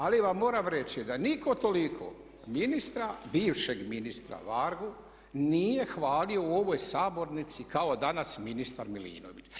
Ali vam moram reći da nitko toliko ministra, bivšeg ministra Vargu nije hvalio u ovoj sabornici kao danas ministar Milinović.